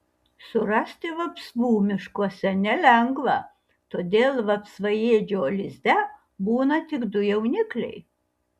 surasti vapsvų miškuose nelengva todėl vapsvaėdžio lizde būna tik du jaunikliai